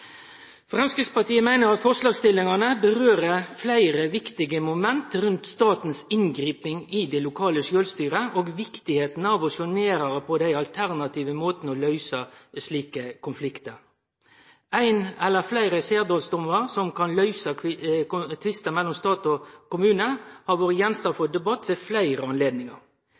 Framstegspartiet meiner at forslagsstillarane kjem inn på fleire viktige moment rundt statens innblanding i det lokale sjølvstyret og viktigheita av å sjå nærmare på dei alternative måtane å løyse slike konfliktar på. Ein eller fleire særdomstolar som kan løyse tvistar mellom stat og kommune, har vore gjenstand for debatt ved fleire